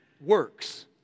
works